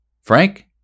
Frank